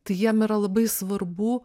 tai jiem yra labai svarbu